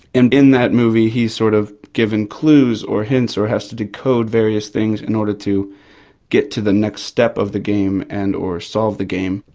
and in that movie he's sort of given clues or hints or has to decode various things in order to get to the next step of the game and or solve the game.